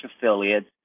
Affiliates